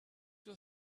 will